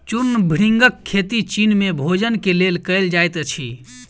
चूर्ण भृंगक खेती चीन में भोजन के लेल कयल जाइत अछि